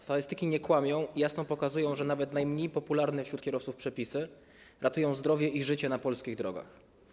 Statystyki nie kłamią i jasno pokazują, że nawet najmniej popularne wśród kierowców przepisy ratują zdrowie i życie na polskich drogach.